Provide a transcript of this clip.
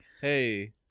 Hey